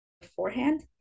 beforehand